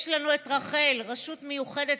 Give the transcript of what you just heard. יש לנו רח"ל, רשות מיוחדת